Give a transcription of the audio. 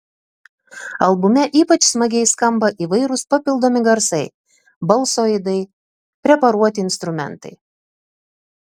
albume ypač smagiai skamba įvairūs papildomi garsai balso aidai preparuoti instrumentai